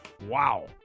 Wow